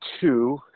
two